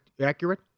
accurate